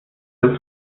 der